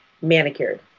manicured